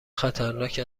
خطرناک